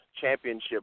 championship